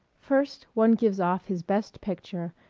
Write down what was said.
first one gives off his best picture,